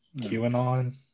QAnon